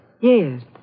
Yes